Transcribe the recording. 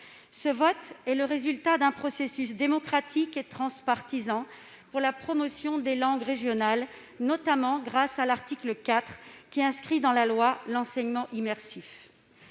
Ce vote est le résultat d'un processus démocratique et transpartisan pour la promotion des langues régionales, notamment grâce à l'article 4, qui inscrit dans la loi l'enseignement immersif.